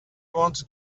wanted